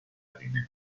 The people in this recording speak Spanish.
guinea